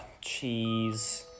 cheese